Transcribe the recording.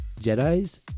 Jedi's